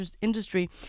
industry